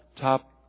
top